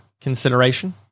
Consideration